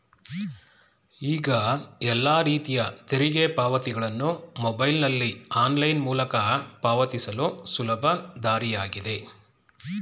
ಈಗ ಎಲ್ಲ ರೀತಿಯ ತೆರಿಗೆ ಪಾವತಿಗಳನ್ನು ಮೊಬೈಲ್ನಲ್ಲಿ ಆನ್ಲೈನ್ ಮೂಲಕ ಪಾವತಿಸಲು ಸುಲಭ ದಾರಿಯಾಗಿದೆ